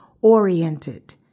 oriented